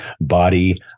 body